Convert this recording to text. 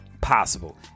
possible